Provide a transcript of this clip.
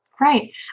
Right